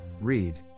Read